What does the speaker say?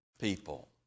people